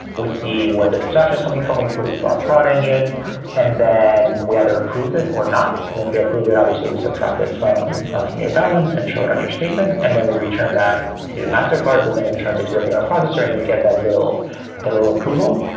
we see what the transaction is coming from. we put it through our fraud engine and then we either approve it or not. if we approve it, obviously we subtract it from from your balance and showed on your statement, and then we'll return that to mastercard, who then returns it to the payment processor and you get that little that little approval.